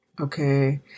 okay